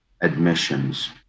admissions